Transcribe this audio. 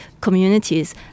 communities